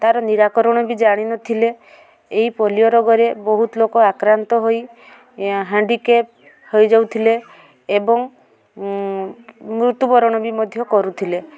ତାର ନିରାକରଣ ବି ଜାଣିନଥିଲେ ଏଇ ପୋଲିଓ ରୋଗରେ ବହୁତ ଲୋକ ଆକ୍ରାନ୍ତ ହୋଇ ହାଣ୍ଡିକେପ୍ ହୋଇଯାଉଥିଲେ ଏବଂ ମୃତ୍ୟୁବରଣ ବି ମଧ୍ୟ କରୁଥିଲେ